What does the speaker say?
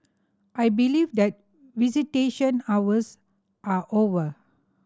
I believe that visitation hours are over